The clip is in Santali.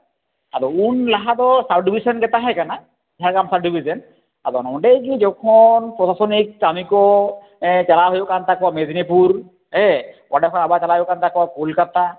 ᱟᱫᱚ ᱩᱱ ᱞᱟᱦᱟ ᱫᱚ ᱥᱟᱵᱽ ᱰᱤᱵᱷᱤᱥᱮᱱ ᱜᱮ ᱛᱟᱦᱮᱸᱠᱟᱱᱟ ᱡᱷᱟᱲᱜᱨᱟᱢ ᱥᱟᱵᱽ ᱰᱤᱵᱷᱤᱥᱮᱱ ᱟᱫᱚ ᱱᱚᱸᱰᱮ ᱜᱮ ᱡᱚᱠᱷᱚᱱ ᱯᱨᱚᱥᱟᱥᱚᱱᱤᱠ ᱠᱟᱹᱢᱤ ᱠᱚ ᱪᱟᱞᱟᱣ ᱦᱩᱭᱩᱜ ᱠᱟᱱ ᱛᱟᱠᱚᱣᱟ ᱢᱮᱫᱽᱱᱤᱯᱩᱨ ᱦᱮᱸ ᱚᱸᱰᱮ ᱠᱷᱚᱱ ᱟᱵᱟᱨ ᱪᱟᱞᱟᱜ ᱦᱩᱭᱩᱜ ᱠᱟᱱ ᱛᱟᱠᱚᱣᱟ ᱠᱳᱞᱠᱟᱛᱟ